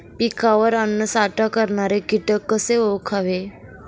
पिकावर अन्नसाठा करणारे किटक कसे ओळखावे?